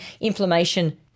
inflammation